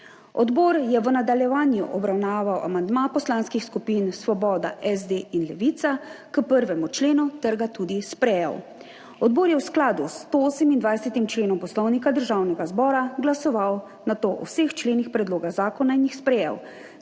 Odbor je v nadaljevanju obravnaval amandma Poslanskih skupin Svoboda, SD in Levica k 1. členu ter ga tudi sprejel. Odbor je nato v skladu s 128. členom Poslovnika Državnega zbora glasoval o vseh členih predloga zakona in jih sprejel.